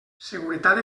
seguretat